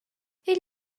igl